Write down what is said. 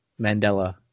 Mandela